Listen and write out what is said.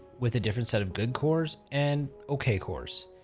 with a different set of good cores and okay cores,